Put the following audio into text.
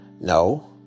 No